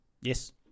Yes